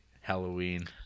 Halloween